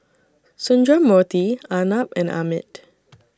Sundramoorthy Arnab and Amit